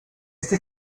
esta